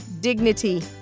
dignity